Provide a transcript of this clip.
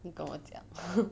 你跟我讲